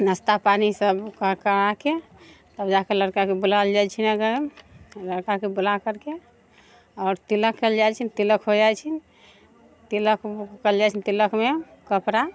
नस्ता पानि सभ कऽ कराके तब जाके लड़िकाके बुलैल जाइ छनि आगा लड़िकाके बुला करके आओर तिलक कयल जाइ छनि तिलक हो जाइ छनि तिलक कयल जाइ छनि तिलकमे कपड़ा